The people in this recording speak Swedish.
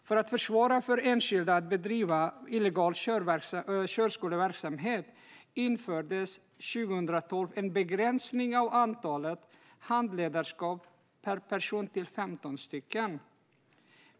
För att försvåra för enskilda att bedriva illegal körskoleverksamhet infördes 2012 en begränsning av antalet handledarskap per person till 15 stycken.